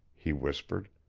he whispered.